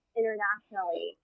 internationally